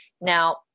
Now